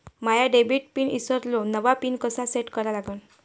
माया debit pin ईसरलो, नवा pin कसा सेट करा लागन?